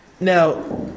Now